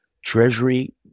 Treasury